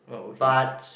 uh okay